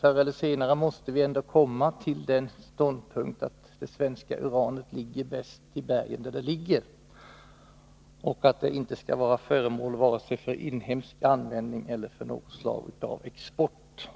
Förr eller senare måste vi ändå komma till den ståndpunkten att det svenska uranet ligger bäst där det ligger i berget och inte skall vara föremål för vare sig inhemsk användning eller något slags export.